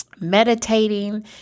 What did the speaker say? meditating